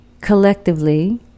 collectively